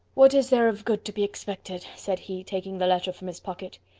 what is there of good to be expected? said he, taking the letter from his pocket.